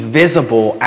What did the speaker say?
visible